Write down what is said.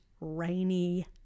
rainy